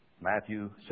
Matthew